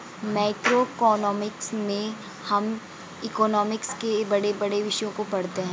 macroeconomics में हम economics के बड़े बड़े विषयों को पढ़ते हैं